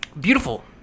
beautiful